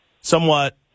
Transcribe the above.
somewhat